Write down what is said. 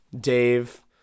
Dave